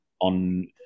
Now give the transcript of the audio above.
on